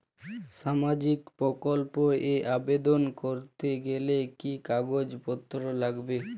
সামাজিক প্রকল্প এ আবেদন করতে গেলে কি কাগজ পত্র লাগবে?